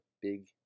big